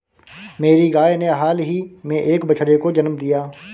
मेरी गाय ने हाल ही में एक बछड़े को जन्म दिया